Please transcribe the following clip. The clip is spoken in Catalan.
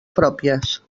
pròpies